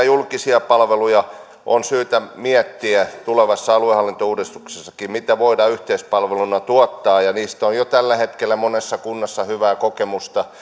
julkisia palveluja on syytä miettiä tulevassa aluehallintouudistuksessakin mitä voidaan yhteispalveluna tuottaa ja niistä on jo tällä hetkellä monessa kunnassa hyvää kokemusta